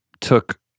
took